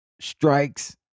strikes